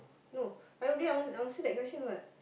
no I already an~ answer that question [what]